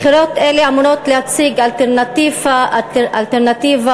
בחירות אלה אמורות להציג אלטרנטיבה פוליטית,